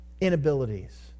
inabilities